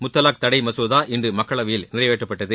முத்தலாக் தடை மசோதா இன்று மக்களவையில் நிறைவேற்றப்பட்டது